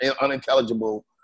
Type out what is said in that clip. unintelligible